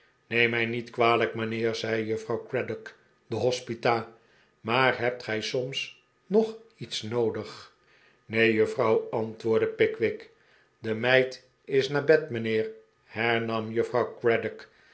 neem mij niet kwalijk mijnheer zei juffrouw craddock de hospita maar hebt gij soms nog iets noodig neen juffrouw antwoordde pickwick de meid is naar bed mijnheer hernam juffrouw